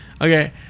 okay